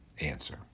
answer